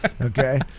Okay